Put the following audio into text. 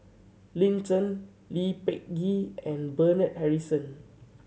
Lin Chen Lee Peh Gee and Bernard Harrison